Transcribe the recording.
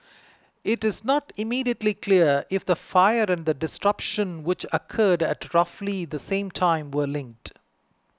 it is not immediately clear if the fire and the disruption which occurred at roughly the same time were linked